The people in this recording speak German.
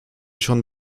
schon